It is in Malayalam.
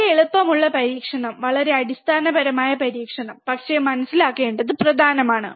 വളരെ എളുപ്പമുള്ള പരീക്ഷണം വളരെ അടിസ്ഥാനപരമായ പരീക്ഷണം പക്ഷേ മനസ്സിലാക്കേണ്ടത് പ്രധാനമാണ്